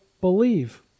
believe